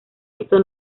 esto